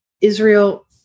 Israel